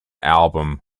album